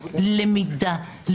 למידה,